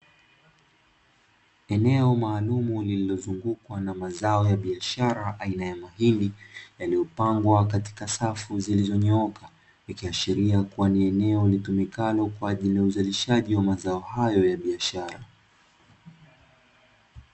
Eneo maalumu lililozungukwa na mazao ya biashara aina ya mahindi; yaliyopangwa katika safu zilizonyooka, ikiashiria kuwa ni eneo litumikalo kwa ajili ya uzalishaji wa mazao hayo ya biashara.